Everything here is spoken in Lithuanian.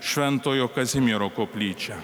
šventojo kazimiero koplyčią